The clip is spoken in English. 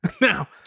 Now